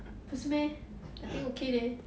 不是 meh I think okay leh